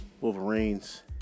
Wolverines